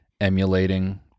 emulating